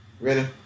Ready